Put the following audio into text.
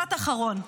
משפט אחרון.